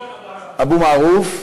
אבו מערוף.